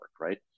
right